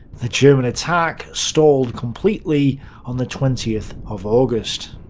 the german attack stalled completely on the twentieth of august.